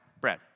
Brad